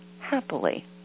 happily